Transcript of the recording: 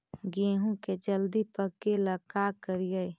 गेहूं के जल्दी पके ल का करियै?